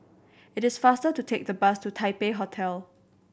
it is faster to take the bus to Taipei Hotel